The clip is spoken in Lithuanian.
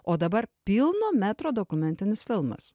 o dabar pilno metro dokumentinis filmas